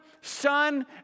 Son